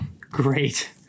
great